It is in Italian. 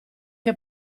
che